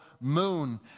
moon